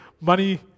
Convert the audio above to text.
money